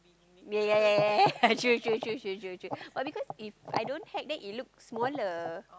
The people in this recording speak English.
yea yea yea yea true true true true true true but because If I don't hack then it looks smaller